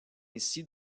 ainsi